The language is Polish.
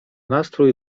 nastrój